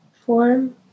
form